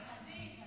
או אושר שקלים.